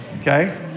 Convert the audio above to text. okay